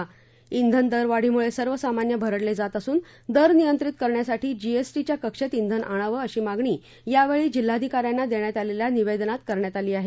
brain दरवाढीमुळे सर्वसामान्य भरडले जात असून दर नियंत्रित करण्यासाठी जी एस टीच्या कक्षेत ब्रेन आणावे अशी मागणी यावेळी जिल्हाधिकाऱ्यांना देण्यात आलेल्या निवेदनात करण्यात आली आहे